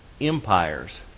empires